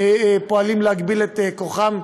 פועלים להגביל את כוחם.